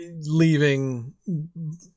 Leaving